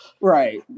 Right